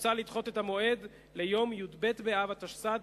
מוצע לדחות את המועד ליום י"ב באב התשס"ט,